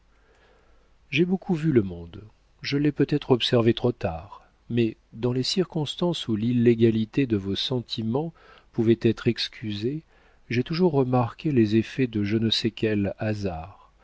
j'ai beaucoup vu le monde je l'ai peut-être observé trop tard mais dans les circonstances où l'illégalité de vos sentiments pouvait être excusée j'ai toujours remarqué les effets de je ne sais quel hasard